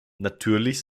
natürlich